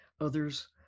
Others